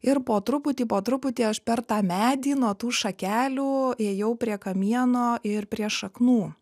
ir po truputį po truputį aš per tą medį nuo tų šakelių ėjau prie kamieno ir prie šaknų